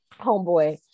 Homeboy